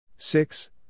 Six